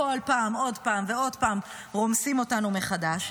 כל פעם עוד פעם ועוד פעם רומסים אותנו מחדש.